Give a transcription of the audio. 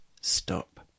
Stop